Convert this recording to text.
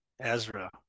ezra